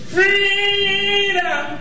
Freedom